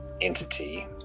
entity